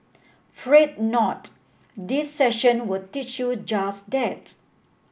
fret not this session will teach you just that